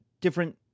Different